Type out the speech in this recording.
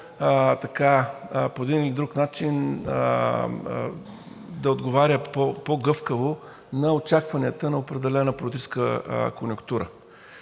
по един или друг начин да отговаря по гъвкаво на очакванията на определена политическа конюнктура.